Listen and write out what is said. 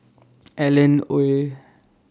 Alan Oei